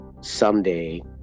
someday